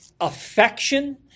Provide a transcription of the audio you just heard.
affection